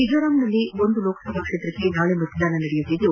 ಮಿಜೋರಾಂನಲ್ಲಿ ಒಂದು ಲೋಕಸಭಾ ಕ್ಷೇತ್ರಕ್ಕೆ ನಾಳೆ ಮತದಾನ ನಡೆಯುತ್ತಿದ್ದು